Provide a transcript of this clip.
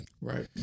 Right